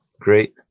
Great